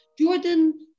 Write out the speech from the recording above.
Jordan